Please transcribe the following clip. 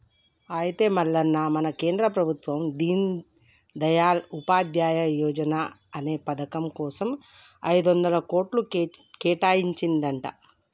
అయితే మల్లన్న మన కేంద్ర ప్రభుత్వం దీన్ దయాల్ ఉపాధ్యాయ యువజన అనే పథకం కోసం ఐదొందల కోట్లు కేటాయించిందంట